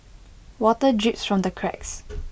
water drips from the cracks